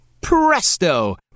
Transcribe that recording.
Presto